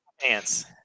pants